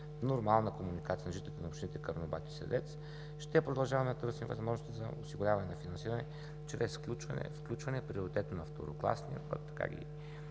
нормална комуникация на жителите на общините Карнобат и Средец ще продължаваме да търсим възможности за осигуряване на финансиране чрез включване на приоритет на второкласния път и